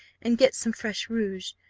and get some fresh rouge.